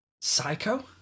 Psycho